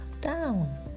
down